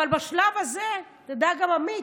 אבל בשלב הזה, תדע גם עמית,